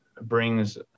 brings